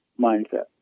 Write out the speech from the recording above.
mindset